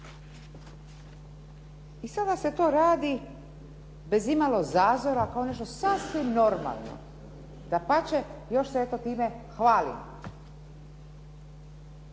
I sada se to radi bez imalo zazora kao nešto sasvim normalno, dapače još se eto time hvalimo.